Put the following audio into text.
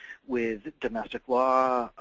with domestic law,